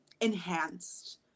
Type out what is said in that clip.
enhanced